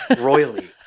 royally